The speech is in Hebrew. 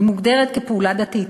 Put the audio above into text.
היא מוגדרת כפעולה דתית.